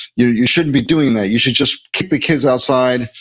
you you shouldn't be doing that. you should just kick the kids outside,